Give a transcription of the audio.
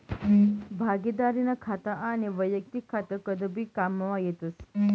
भागिदारीनं खातं आनी वैयक्तिक खातं कदय भी काममा येतस